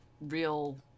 real